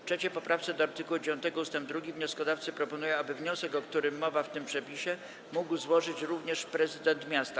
W 3. poprawce do art. 9 ust. 2 wnioskodawcy proponują, aby wniosek, o którym mowa w tym przepisie, mógł złożyć również prezydent miasta.